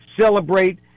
celebrate